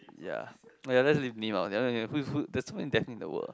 ya daphne there's so many of them in the world